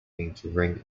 beginning